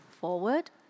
forward